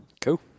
Cool